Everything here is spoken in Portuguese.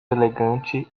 elegante